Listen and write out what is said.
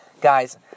Guys